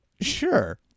sure